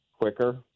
quicker